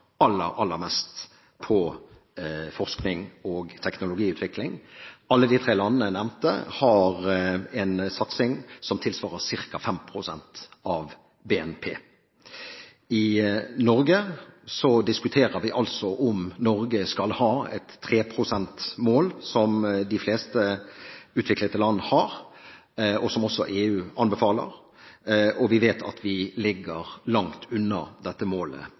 aller, aller mest på forskning og teknologiutvikling. Alle de tre landene jeg nevnte, har en satsing som tilsvarer ca. 5 pst. av BNP. I Norge diskuterer vi altså om vi skal ha et 3 pst.-mål, som de fleste utviklede land har, og som også EU anbefaler, og vi vet at vi ligger langt under dette målet